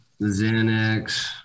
Xanax